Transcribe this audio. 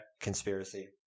conspiracy